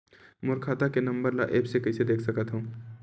मोर खाता के नंबर ल एप्प से कइसे देख सकत हव?